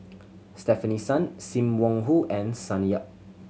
Stefanie Sun Sim Wong Hoo and Sonny Yap